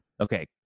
okay